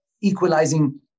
equalizing